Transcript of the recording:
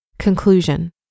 Conclusion